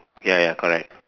ya ya correct